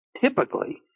Typically